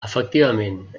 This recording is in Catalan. efectivament